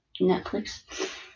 Netflix